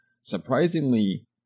surprisingly